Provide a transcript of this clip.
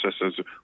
processes